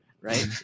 Right